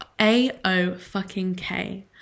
a-o-fucking-k